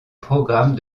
programme